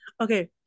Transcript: okay